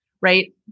right